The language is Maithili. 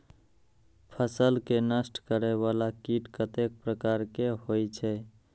फसल के नष्ट करें वाला कीट कतेक प्रकार के होई छै?